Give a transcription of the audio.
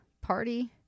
party